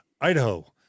Idaho